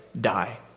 die